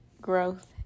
Growth